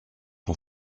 ton